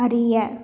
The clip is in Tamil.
அறிய